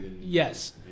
Yes